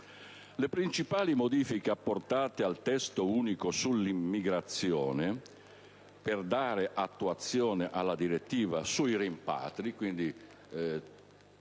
Le principali modifiche apportate al Testo unico sull'immigrazione per dare attuazione alla direttiva sui rimpatri - quindi